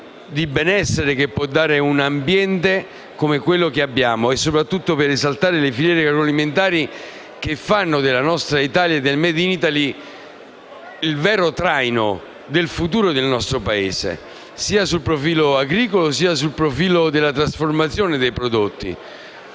il benessere che può offrire un ambiente come il nostro, ma soprattutto per esaltare le filiere agroalimentari che fanno della nostra Italia e del *made in Italy* il vero traino del futuro del nostro Paese, sia sotto il profilo agricolo che sotto il profilo della trasformazione dei prodotti.